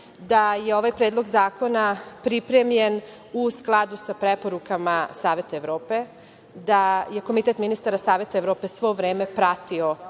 da je ovaj Predlog zakona pripremljen u skladu sa preporukama Saveta Evrope, da Komitet ministara Saveta Evrope je svo vreme pratio